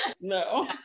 no